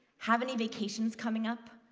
have any vacations coming up?